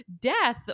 death